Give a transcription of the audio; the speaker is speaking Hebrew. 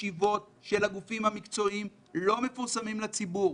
ישיבות של הגופים המקצועיים לא מפורסמים לציבור.